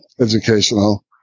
educational